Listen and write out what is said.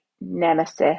nemesis